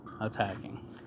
attacking